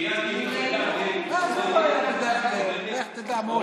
כי בהתאם להוראות סעיף 13(ב) לחוק-יסוד: